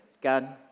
God